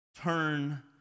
turn